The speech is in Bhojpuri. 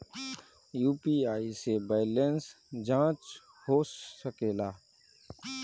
यू.पी.आई से बैलेंस जाँच हो सके ला?